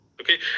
Okay